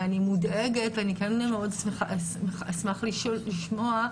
ואני מודאגת ואני כן אשמח לשמוע,